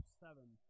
seven